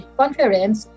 conference